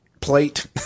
plate